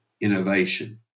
Innovation